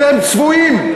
אתם צבועים.